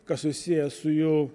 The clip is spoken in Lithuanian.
kas susiję su jų